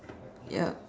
ya